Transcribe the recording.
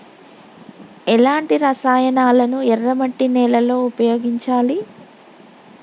ఎలాంటి రసాయనాలను ఎర్ర మట్టి నేల లో ఉపయోగించాలి?